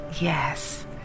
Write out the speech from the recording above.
Yes